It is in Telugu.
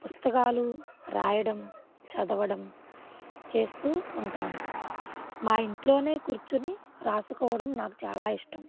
పుస్తకాలు రాయడం చదవడం చేస్తూ ఉంటాను మా ఇంట్లోనే కూర్చుని రాసుకోవడం నాకు చాలా ఇష్టం